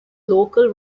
local